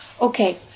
okay